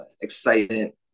excitement